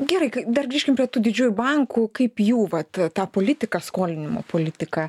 gerai dar grįžkime prie tų didžiųjų bankų kaip jų vat ta politika skolinimo politika